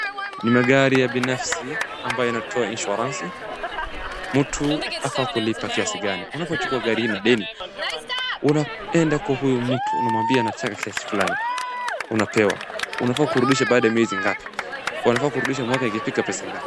Ni magari ya binafsi ambayo inatoa inshuarensi, mtu afaa kulipa kiasi gani, unapochukua gari hili na deni, unaenda kwa huyu mtu unamwambia unataka kiasi fulani unapewa. Unafaa kurudisha baada ya miezi gapi, unafaa kurudisha mwaka ikifika pesa ngapi,